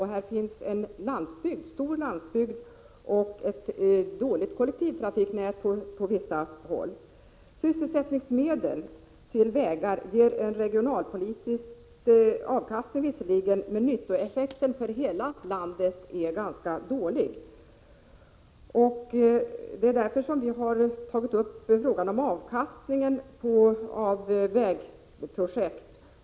Här finns en stor landsbygd och ett dåligt kollektivtrafiknät på vissa håll. Sysselsättningsmedel till vägar ger visserligen en regionalpolitisk avkastning, men nyttoeffekten för hela landet är ganska dålig. Det är därför vi har tagit upp frågan om avkastningen av vägprojekt.